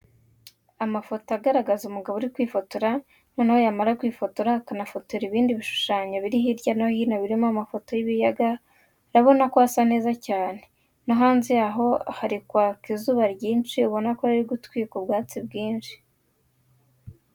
Amafoto ayaragaza umugabo uri kwifotora noneho yamara kwifotora akanafotora ibindi bishushanyo biri hirya gato birimo amafoto y'ibiyaga urabona ko hasa neza cyane, no hanze yaho hari kwaka izuba ryinshi ubona ko riri gutwika ubwatsi bwinshi.